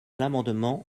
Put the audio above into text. l’amendement